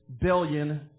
billion